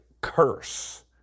curse